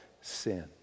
sin